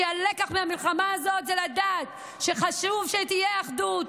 כי הלקח מהמלחמה הזאת הוא לדעת שחשוב שתהיה אחדות,